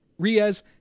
Riaz